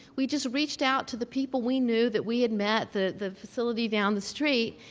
we just reached out to the people we knew that we had met, the the facility down the street,